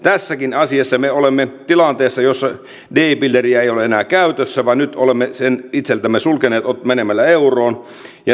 tässäkin asiassa me olemme tilanteessa jossa d pilleriä ei ole enää käytössä vaan olemme sen itseltämme sulkeneet menemällä euroon